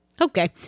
okay